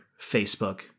Facebook